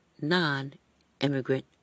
non-immigrant